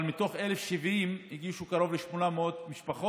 אבל מתוך 1,070 הגישו קרוב ל-800 משפחות,